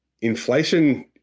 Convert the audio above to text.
inflation